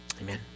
Amen